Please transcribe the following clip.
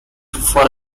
for